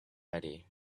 ready